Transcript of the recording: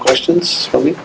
questions for me